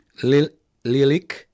Lilik